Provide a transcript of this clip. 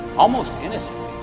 almost innocently,